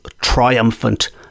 triumphant